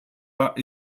pas